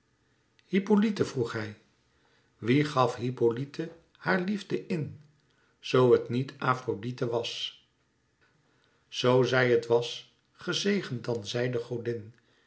hippolyte vroeg hij wie gaf hippolyte haar liefde in zoo het niet afrodite was zoo zij het was gezegend dan zij de godin